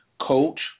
coach